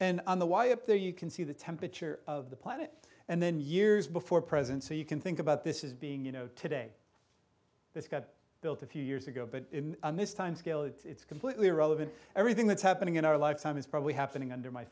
and on the y up there you can see the temperature of the planet and then years before present so you can think about this is being you know today it's got built a few years ago but this time scale it's completely irrelevant everything that's happening in our lifetime is probably happening under my